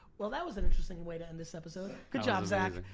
well, that was an interesting way to end this episode. good job, zach.